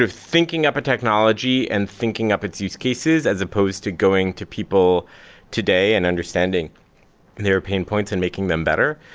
thinking up a technology and thinking up its use cases, as opposed to going to people today and understanding their pain points and making them better.